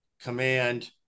command